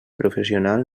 professional